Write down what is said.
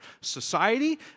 society